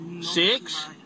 Six